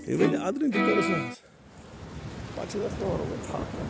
ییٚلہِ ونہِ یہِ اَدرٕنۍ کٔرٕس نہَ حظ پتہِ چھِ تتھ پیٚوان رُوٕنۍ تھل